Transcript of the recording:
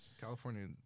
California